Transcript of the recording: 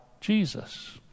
Jesus